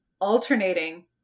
alternating